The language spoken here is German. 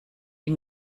die